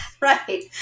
Right